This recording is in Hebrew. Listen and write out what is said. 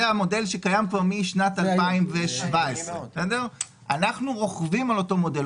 זה המודל שקיים משנת 2017. אנחנו רוכבים על אותו מודל,